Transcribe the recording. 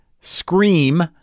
scream